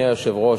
אדוני היושב-ראש,